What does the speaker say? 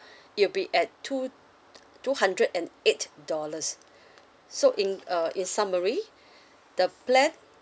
it will be at two two hundred and eight dollars so in a in summary the plan